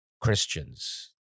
christians